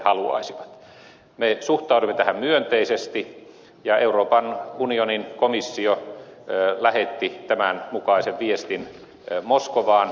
me suhtauduimme tähän myönteisesti ja euroopan unionin komissio lähetti tämän mukaisen viestin moskovaan